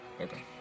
Okay